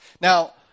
Now